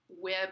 web